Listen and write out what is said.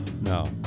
No